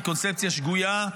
היא קונספציה שגויה,